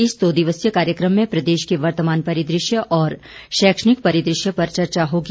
इस दो दिवसीय कार्यक्रम में प्रदेश को वर्तमान परिदृश्य और शैक्षणिक परिदृश्य पर चर्चा होगी